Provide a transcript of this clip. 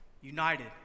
united